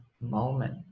moment